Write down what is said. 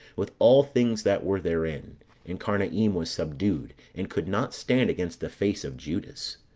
with all things that were therein and carnaim was subdued, and could not stand against the face of judas.